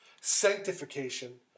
sanctification